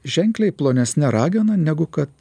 ženkliai plonesne ragena negu kad